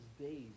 days